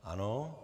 Ano.